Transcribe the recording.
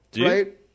right